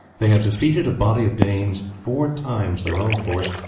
they had defeated a body of danes four times their own force,